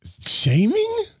Shaming